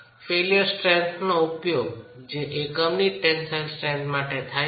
failure strength નો ઉપયોગ જે એકમની જ ટેન્સાઇલ સ્ટ્રેન્થ માટે થાય છે